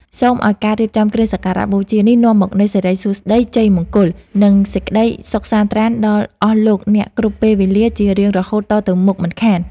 សូមឱ្យការរៀបចំគ្រឿងសក្ការៈបូជានេះនាំមកនូវសិរីសួស្តីជ័យមង្គល និង សេចក្តីសុខសាន្តត្រាណដល់អស់លោកអ្នកគ្រប់ពេលវេលាជារៀងរហូតតទៅមិនខាន។